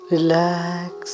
Relax